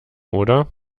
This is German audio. oder